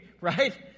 right